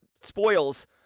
spoils